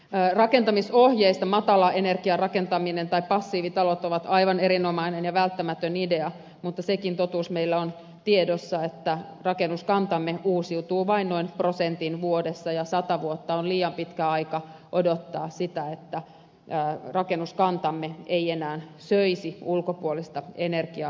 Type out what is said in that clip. rakentamisohjeista matalaenergiarakentaminen tai passiivitalot ovat aivan erinomainen ja välttämätön idea mutta sekin totuus meillä on tiedossa että rakennuskantamme uusiutuu vain noin prosentin vuodessa ja sata vuotta on liian pitkä aika odottaa sitä että rakennuskantamme ei enää söisi ulkopuolista energiaa merkittäviä määriä